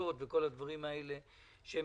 הפחתות וכל הדברים האלה, שהם